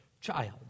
child